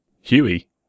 Huey